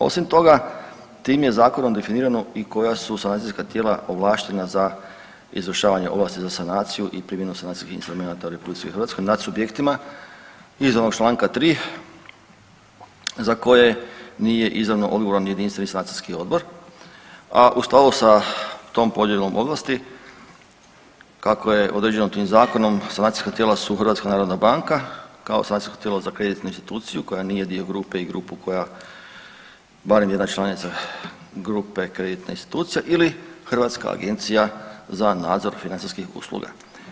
Osim toga, tim je Zakonom definirano i koja su sanacijska tijela ovlaštena za izvršavanje ovlasti za sanaciju i primjenu sanacijskih instrumenata u RH nad subjektima iz onog čl. 3 za koje nije izravno odgovoran Jedinstveni sanacijski odbor, a u skladu s tom podjelom ovlasti, kako je određeno tim Zakonom, sanacijska tijela su HNB kao sanacijsko tijelo za kreditnu instituciju koja nije dio grupe i grupu koja barem jedna članica grupe kreditne institucije ili Hrvatska agencija za nadzor financijskih usluga.